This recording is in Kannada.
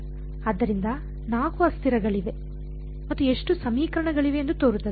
ಆದ್ದರಿಂದ 4 ಅಸ್ಥಿರಗಳಿವೆ ಮತ್ತು ಎಷ್ಟು ಸಮೀಕರಣಗಳಿವೆ ಎಂದು ತೋರುತ್ತದೆ